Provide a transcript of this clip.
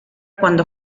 cuando